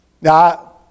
Now